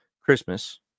Christmas